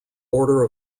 order